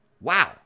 Wow